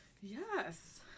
Yes